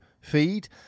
feed